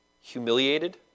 humiliated